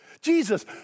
Jesus